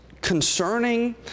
concerning